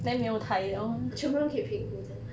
全部人可以平胡这样